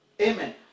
Amen